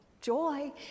joy